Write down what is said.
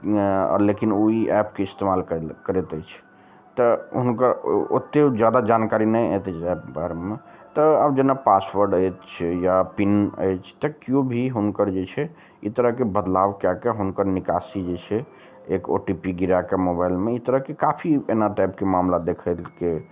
लेकिन ओ ई एप के इस्तेमाल करैत अइछ तऽ हुनकर ओ ओत्ते उ ज्यादा जानकारी नै एतै एप के बारेमे तऽ आब जेना पासवर्ड अइछ या पिन अइछ तऽ क्यो भी हुनकर जे छै ई तरहके बदलाव कए कए हुनकर निकासी जे छै एक ओटीपी गिरा कए मोबाइलमे ई तरह के काफी एना टाइप के मामला देखेलकै